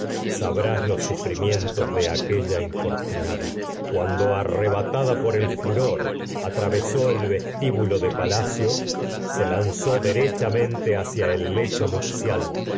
sabrás los sufrimientos de aquella infortunada cuan do arrebatada por el furor atravesó el vestíbulo de hacia el lecho manos pa lacio se lanzó derechamente cabellera con nupcial